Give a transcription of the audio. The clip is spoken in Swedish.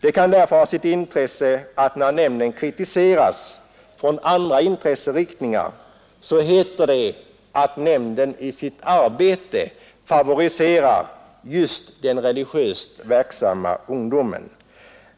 Det kan därför ha sitt intresse att påpeka att när nämnden kritiseras från andra intresseriktningar så heter det att nämnden i sitt arbete favoriserar just den religiöst verksamma ungdomen.